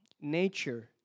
Nature